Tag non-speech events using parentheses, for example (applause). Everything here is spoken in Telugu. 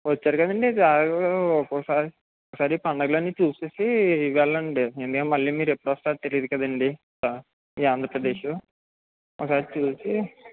వచ్చారు కదండి జా (unintelligible) ఒక్కోసారి ఒకసారి పండగలన్నీ చూసేసి వెళ్ళండి ఇండియా మళ్ళీ మీరెప్పుడొస్తారో తెలీదు కదండి ఈ ఆంధ్రప్రదేశ్ ఒకసారి చూసి